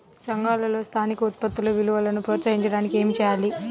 సంఘాలలో స్థానిక ఉత్పత్తుల విలువను ప్రోత్సహించడానికి ఏమి చేయాలి?